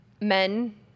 men